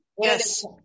Yes